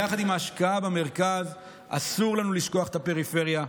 יחד עם ההשקעה במרכז אסור לנו לשכוח את הפריפריה.